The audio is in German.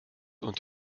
und